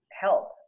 help